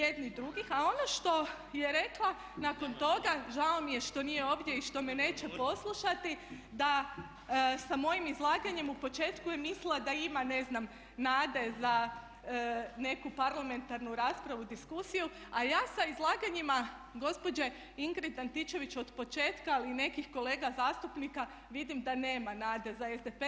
A ono što je rekla nakon toga, žao mi je što nije ovdje i što me neće poslušati, da sa mojim izlaganjem u početku je mislila da ima ne znam za neku parlamentarnu raspravu i diskusiju, a ja sa izlaganjima gospođe Ingrid Antičević od početka, ali i nekih kolega zastupnika vidim da nema nade za SDP.